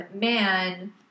man